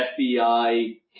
FBI